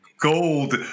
gold